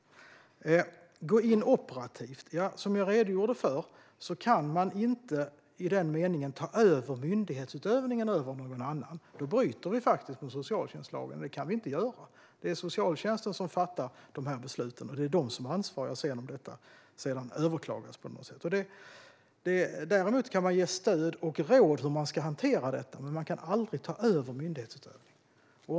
Vad gäller att gå in operativt kan man, som jag redogjorde för, inte i den meningen ta över myndighetsutövningen från någon annan. Då bryter vi mot socialtjänstlagen, och det kan vi inte göra. Det är socialtjänsten som fattar dessa beslut, och det är den som är ansvarig om besluten sedan överklagas. Däremot kan man ge stöd och råd i fråga om hur detta ska hanteras, men man kan aldrig ta över myndighetsutövningen.